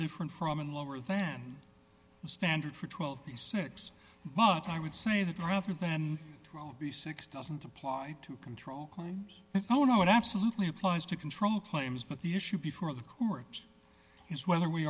different from and lower than the standard for twelve the six but i would say that rather than six doesn't apply to control oh no it absolutely applies to control claims but the issue before the court is whether we